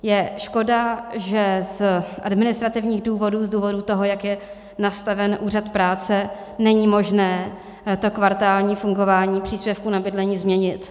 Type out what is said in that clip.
Je škoda, že z administrativních důvodů, z důvodu toho, jak je nastaven úřad práce, není možné to kvartální fungování příspěvků na bydlení změnit.